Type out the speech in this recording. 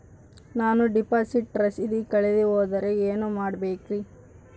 ನಾನು ಡಿಪಾಸಿಟ್ ರಸೇದಿ ಕಳೆದುಹೋದರೆ ಏನು ಮಾಡಬೇಕ್ರಿ?